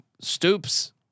Stoops